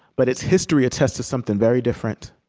but its history attests to something very different